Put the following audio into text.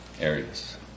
areas